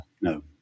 no